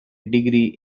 degree